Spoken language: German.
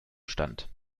stand